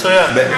מצוין.